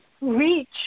reach